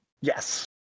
Yes